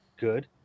Good